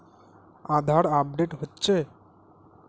আধার update হচ্ছে?